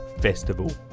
festival